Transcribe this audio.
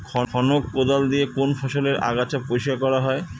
খনক কোদাল দিয়ে কোন ফসলের আগাছা পরিষ্কার করা হয়?